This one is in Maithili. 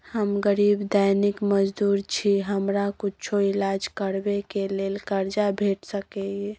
हम गरीब दैनिक मजदूर छी, हमरा कुछो ईलाज करबै के लेल कर्जा भेट सकै इ?